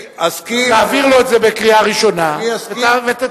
תעביר לו את זה בקריאה ראשונה ותצרף.